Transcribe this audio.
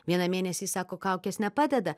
vieną mėnesį sako kaukės nepadeda